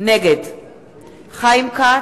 נגד חיים כץ,